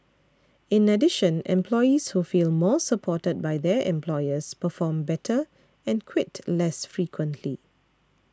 in addition employees who feel more supported by their employers perform better and quit less frequently